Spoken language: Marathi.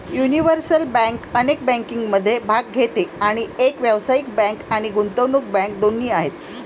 युनिव्हर्सल बँक अनेक बँकिंगमध्ये भाग घेते आणि एक व्यावसायिक बँक आणि गुंतवणूक बँक दोन्ही आहे